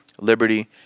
liberty